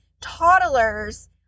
toddlers